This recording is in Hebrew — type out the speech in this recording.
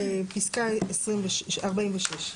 פסקה 46. (46)